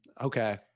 okay